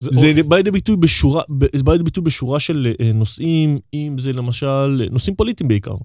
זה בא לידי ביטוי בשורה של נושאים אם זה למשל נושאים פוליטיים בעיקר.